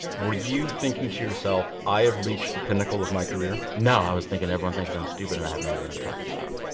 were you thinking to yourself i have reached the pinnacle of my career? no, i was thinking everyone thinks i'm stupid and i have no idea what i'm talking about.